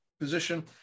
position